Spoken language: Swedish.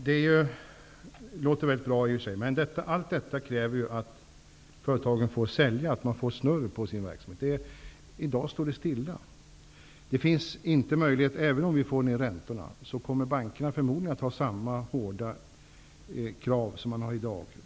Fru talman! Det låter i och för sig väldigt bra, men allt detta kräver att företagen får sälja, att de får snurr på sin verksamhet. I dag står verksamheten still. Även om vi får ner räntorna, har företagen ingen möjlighet till lån, därför att bankerna förmodligen kommer att ha samma hårda krav som i dag.